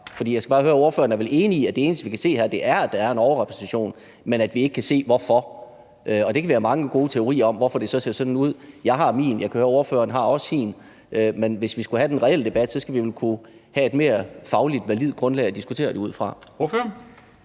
For jeg skal bare høre: Ordføreren er vel enig i, at det eneste, vi kan se her, er, at der er en overrepræsentation, men at vi ikke kan se hvorfor? Der kan vi have mange gode teorier om, hvorfor det så ser sådan ud. Jeg har min, og jeg kan høre, at ordføreren også har sin. Men hvis vi skulle have den reelle debat, skal vi vel kunne have et mere fagligt validt grundlag at diskutere det ud fra. Kl.